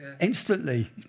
instantly